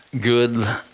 good